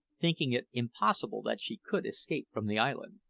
thinking it impossible that she could escape from the island.